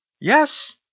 Yes